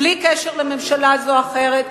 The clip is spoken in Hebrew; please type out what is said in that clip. בלי קשר לממשלה זו או אחרת,